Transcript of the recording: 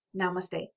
Namaste